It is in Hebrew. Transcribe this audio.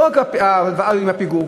לא רק ההלוואה עם הפיגור,